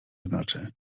znaczy